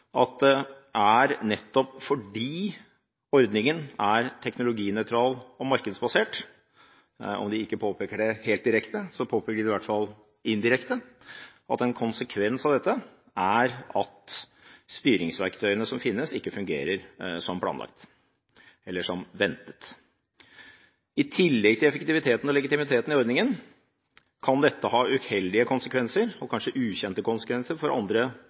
om ikke helt direkte, så i hvert fall indirekte – at nettopp fordi ordningen er teknologinøytral og markedsbasert, er konsekvensen at styringsverktøyene som finnes, ikke fungerer som ventet. I tillegg til effektiviteten og legitimiteten i ordningen kan dette få uheldige og kanskje ukjente konsekvenser for andre